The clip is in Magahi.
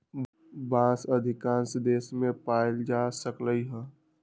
बांस अधिकांश देश मे पाएल जा सकलई ह